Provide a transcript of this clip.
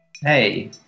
Hey